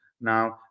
Now